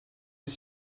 des